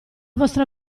vostra